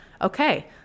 okay